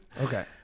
Okay